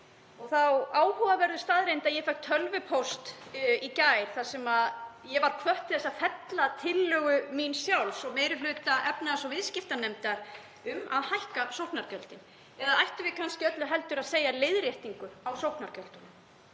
þá áhugaverðu staðreynd að ég fékk tölvupóst í gær þar sem ég var hvött til þess að fella tillögu sjálfrar mín og meiri hluta efnahags- og viðskiptanefndar um að hækka sóknargjöldin — eða ættum við kannski öllu heldur að segja leiðréttingu á sóknargjöldunum?